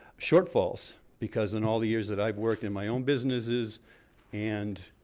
shortfalls because in all the years that i've worked in my own businesses and